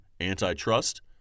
antitrust